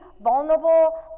vulnerable